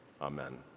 Amen